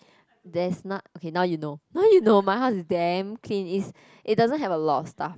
there's not~ okay now you know now you know my house is damn clean is it doesn't have a lot of stuff